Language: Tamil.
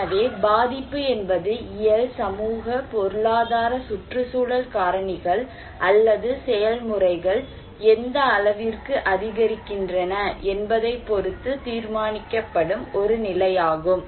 எனவே பாதிப்பு என்பது இயல் சமூக பொருளாதார சுற்றுச்சூழல் காரணிகள் அல்லது செயல்முறைகள் எந்த அளவிற்கு அதிகரிக்கிறன என்பதைப்பொருத்து தீர்மானிக்கப்படும் ஒரு நிலை ஆகும்